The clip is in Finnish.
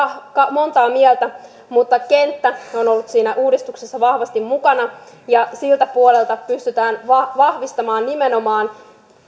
montaa mieltä mutta kenttä on ollut siinä uudistuksessa vahvasti mukana ja siltä puolelta pystytään vahvistamaan nimenomaan